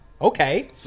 Okay